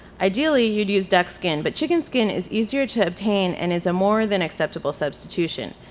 ideally you'd use duck skin, but chicken skin is easier to obtain and is a more than acceptable substitution.